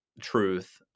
truth